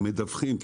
הם מדווחים.